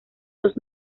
dos